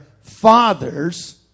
fathers